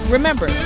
Remember